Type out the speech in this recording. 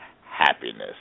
happiness